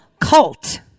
cult